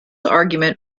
argument